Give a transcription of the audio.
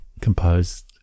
composed